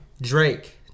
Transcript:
drake